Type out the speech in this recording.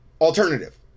alternative